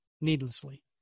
needlessly